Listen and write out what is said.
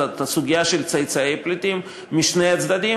הסוגיה של צאצאי פליטים משני הצדדים.